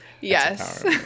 yes